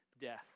death